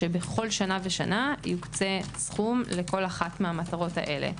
שבכל שנה ושנה יוקצה סכום לכל אחת מהמטרות הללו.